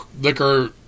liquor